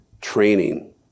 training